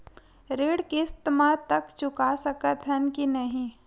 ऋण किस्त मा तक चुका सकत हन कि नहीं?